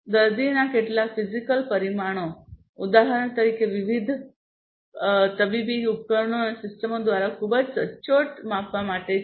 દર્દીના કેટલાક ફિઝિકલ પરિમાણો ઉદાહરણ તરીકે વિવિધ તબીબી ઉપકરણો અને સિસ્ટમો દ્વારા ખૂબ જ સચોટ માપવા પડે છે